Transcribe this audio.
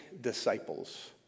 disciples